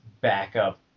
backup